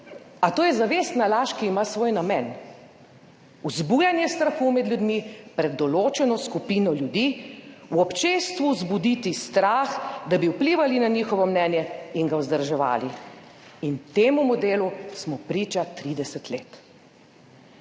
A to je zavestna laž, ki ima svoj namen – vzbujanje strahu med ljudmi pred določeno skupino ljudi, v občestvu vzbuditi strah, da bi vplivali na njihovo mnenje in ga vzdrževali. In temu modelu smo priča 30 let.